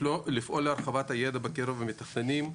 לפעול להרחבת הידע בקרב המתכננים.